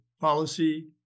policy